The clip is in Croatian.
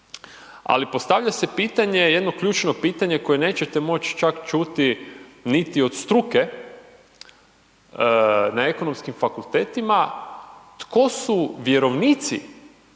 Ali postavlja se pitanje, jedno ključno pitanje, koje nećete moći čak ćuti niti od struke, na ekonomskim fakultetima, tko su vjerovnici